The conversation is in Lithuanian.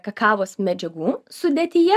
kakavos medžiagų sudėtyje